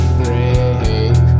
break